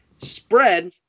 Spread